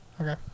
Okay